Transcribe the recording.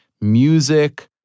music